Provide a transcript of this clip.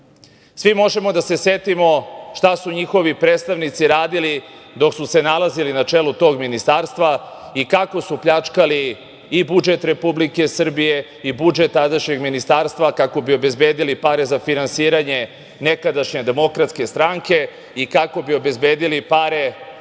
možemo da se setimo šta su njihovi predstavnici radili dok su se nalazili na čelu tog Ministarstva i kako su pljačkali i budžet Republike Srbije i budžet tadašnjeg Ministarstva, kako bi obezbedili pare za finansiranje nekadašnje DS i kako bi obezbedili pare